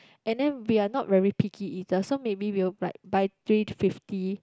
and then we are not very picky eater so maybe we will like buy three fifty